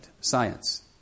science